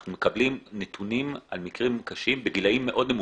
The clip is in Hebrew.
אנחנו מקבלים נתונים על מקרים קשים בגילאים מאוד נמוכים,